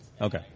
Okay